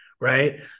right